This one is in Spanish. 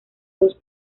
dos